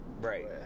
Right